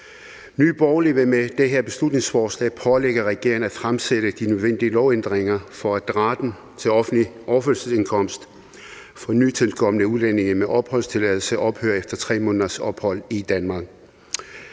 Nye Borgerlige vil med det her beslutningsforslag pålægge regeringen at fremsætte de nødvendige lovændringer, for at retten til offentlig overførselsindkomst for nytilkomne udlændinge med opholdstilladelse ophører efter 3 måneders ophold i Danmark.